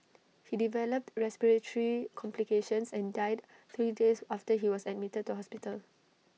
he developed respiratory complications and died three days after he was admitted to hospital